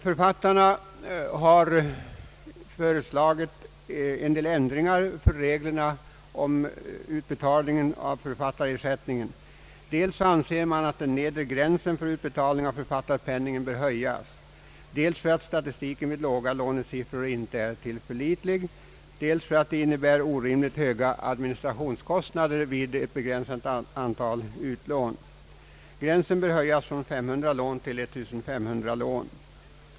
Författarna har föreslagit en del ändringar i reglerna om utbetalning av författarersättningen. Först och främst anser man att den nedre gränsen för utbetalning av författarpenning bör höjas, dels för att statistiken vid låga lånesiffror inte är tillförlitlig och dels för att det innebär orimligt höga administrationskostnader vid mindre antal lån. Gränsen bör höjas från 500 till 1500 lån.